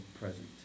present